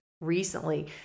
recently